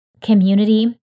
community